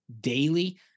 daily